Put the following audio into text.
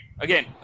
Again